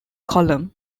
column